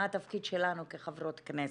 מה התפקיד שלנו כחברות כנסת.